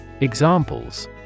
Examples